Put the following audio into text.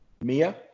Mia